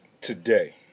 today